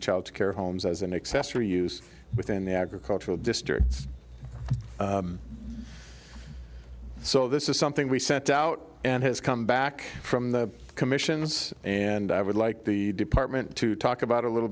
childcare homes as an accessory use within the agricultural district so this is something we set out and has come back from the commissions and i would like the department to talk about a little